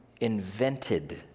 invented